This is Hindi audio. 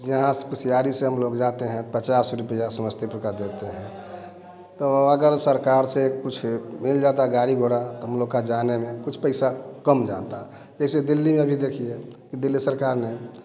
यहाँ से पुस्यारी से हम लोग जाते हैं पचास रुपया समस्तीपुर का देते हैं तो अगर सरकार से कुछ मिल जाता गाड़ी घोड़ा तो हम लोग का जाने में कुछ पैसा कम जाता जैसे दिल्ली में अभी देखिए कि दिल्ली सरकार ने